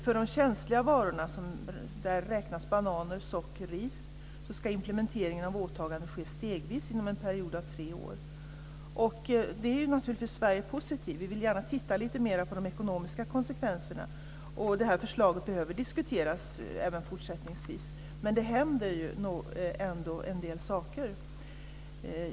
För de känsliga varorna - dit räknas bananer, socker och ris - ska implementeringen av åtaganden ske stegvis inom en period av tre år. Det är Sverige naturligtvis positivt till. Vi vill gärna titta lite mer på de ekonomiska konsekvenserna och detta förslag behöver diskuteras även fortsättningsvis, men det händer ändå en del saker.